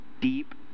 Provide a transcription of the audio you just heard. deep